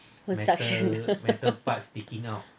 construction